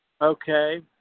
Okay